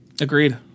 Agreed